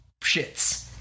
shits